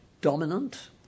dominant